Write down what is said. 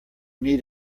need